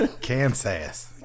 Kansas